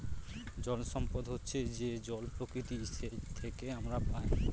জল সম্পদ হচ্ছে যে জল প্রকৃতি থেকে আমরা পায়